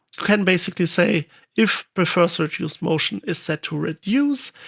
can basically say if prefers-reduced-motion is set to reduce,